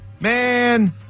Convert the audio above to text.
man